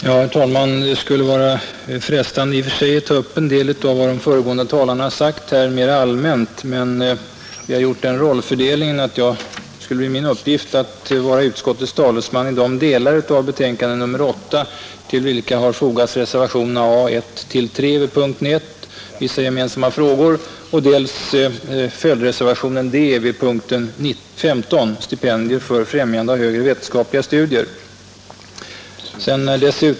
Herr talman! Det skulle i och för sig vara frestande att ta upp en del av vad de föregående talarna har sagt mera allmänt. Men vi har gjort den rollfördelningen att min uppgift skulle bli att vara utskottets talesman i de delar av betänkandet nr 8 till vilka fogats reservationerna A 1—3 vid punkten 1, som gäller Vissa gemensamma frågor, samt följdreservationen D vid punkten 16, som avser Stipendier för främjande av högre vetenskapliga studier.